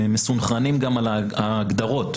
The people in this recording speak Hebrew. מסונכרנים על ההגדרות,